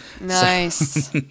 Nice